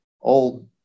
old